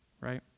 right